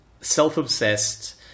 self-obsessed